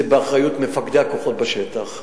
זה באחריות מפקדי הכוחות בשטח.